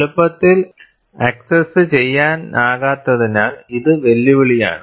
എളുപ്പത്തിൽ ആക്സസ്സു ചെയ്യാനാകാത്തതിനാൽ ഇത് വെല്ലുവിളിയാണ്